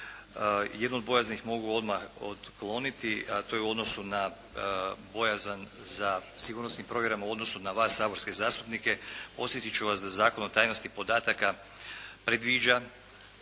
Jednu od bojazni mogu odmah otkloniti a to je u odnosu na bojazan za sigurnosnim provjerama u odnosu na vas saborske zastupnike. Podsjetit ću vas da Zakon o tajnosti podataka predviđa